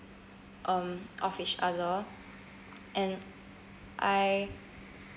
um off each other and I